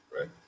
right